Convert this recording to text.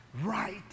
right